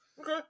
Okay